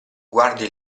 guardi